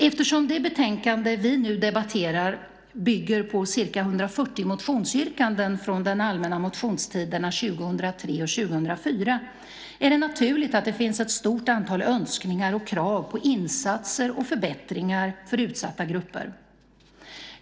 Eftersom det betänkande vi nu debatterar bygger på ca 140 motionsyrkanden från de allmänna motionstiderna 2003 och 2004 är det naturligt att där finns ett stort antal önskningar och krav på insatser och förbättringar för utsatta grupper.